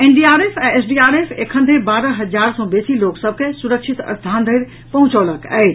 NDRF आ SDRF एखन धरि बारह हजार सँ बेसी लोक सभ के सुरक्षित स्थान धरि पहुंचौलक अछि